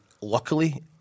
luckily